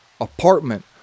apartment